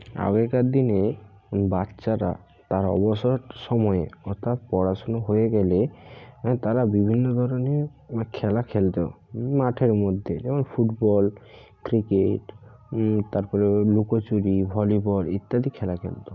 আগেকার দিনে বাচ্চারা তার অবসর সময়ে অর্থাৎ পড়াশোনা হয়ে গেলে তারা বিভিন্ন ধরনের খেলা খেলতো মাঠের মধ্যে যেমন ফুটবল ক্রিকেট তারপরে ও লুকোচুরি ভলিবল ইত্যাদি খেলা খেলতো